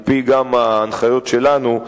גם על-פי ההנחיות שלנו,